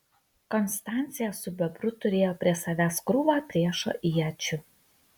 konstancija su bebru turėjo prie savęs krūvą priešo iečių